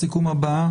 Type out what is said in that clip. הבאה: